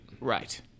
Right